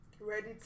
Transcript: ready